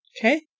Okay